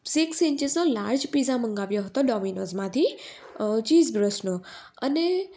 six ઇન્ચીસનો large pizza મંગાવ્યો હતો ડોમીનોઝમાંથી ચીઝ બર્સ્ટનો અને